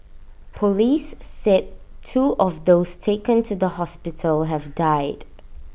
Police said two of those taken to the hospital have died